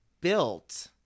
built